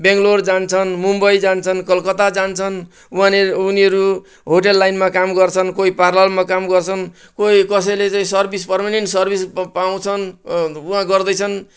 बेङ्लोर जान्छन् मुम्बई जान्छन् कलकता जान्छन् वहाँनिर उनीहरू होटेल लाइनमा काम गर्छन् कोही पार्लरमा काम गर्छन् कोही कसैले चाहिँ सर्भिस पर्मनेन्ट सर्भिस प पाउँछन् वहाँ गर्दैछन्